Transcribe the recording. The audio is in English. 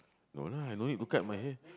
no lah no need to cut my hair